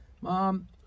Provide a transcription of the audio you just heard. Mom